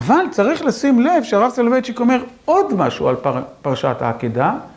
אבל צריך לשים לב שהרב סולוויצ'יק אומר עוד משהו על פרשת העקידה.